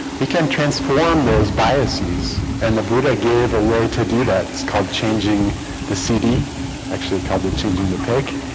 we can transform those biases and the buddha gave a way to do that it's called changing the cd actually called the changing the pake